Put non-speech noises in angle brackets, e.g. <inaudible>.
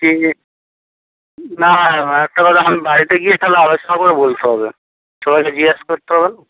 <unintelligible> না একটা কথা <unintelligible> বাড়িতে গিয়ে তাহলে আলোচনা করে বলতে হবে সবাইকে জিজ্ঞাসা করতে হবে